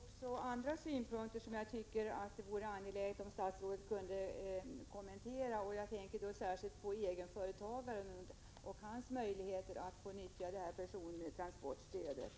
Herr talman! Det är också några andra synpunkter som jag tycker att det vore angeläget att få kommenterade av statsrådet. Jag tänker särskilt på egenföretagarens möjligheter att utnyttja persontransportstödet.